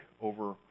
over